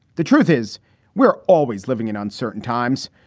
the truth is we're always living in uncertain times.